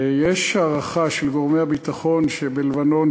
יש הערכה של גורמי הביטחון שבלבנון